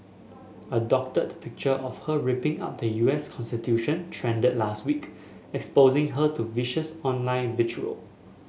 a doctored picture of her ripping up the U S constitution trended last week exposing her to vicious online vitriol